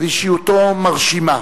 ואישיות מרשימה,